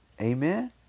Amen